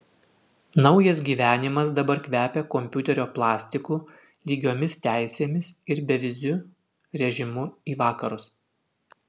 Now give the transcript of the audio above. naujas gyvenimas dabar kvepia kompiuterio plastiku lygiomis teisėmis ir beviziu režimu į vakarus